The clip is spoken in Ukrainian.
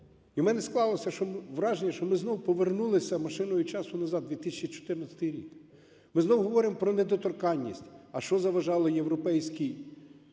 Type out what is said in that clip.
в мене склалося враження, що ми знову повернулися машиною часу назад в 2014 рік, ми знову говоримо про недоторканність. А що заважало "Європейській